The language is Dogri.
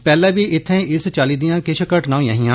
पैहर्ले बी इत्थें इस चाली दियां किश घटनां होईयां हियां